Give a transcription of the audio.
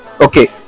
Okay